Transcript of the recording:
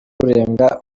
urenga